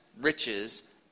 riches